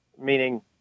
meaning